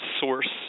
source